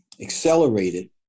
accelerated